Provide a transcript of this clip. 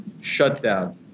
shutdown